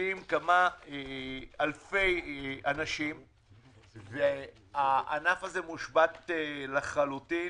עובדים כמה אלפי אנשים והענף הזה מושבת לחלוטין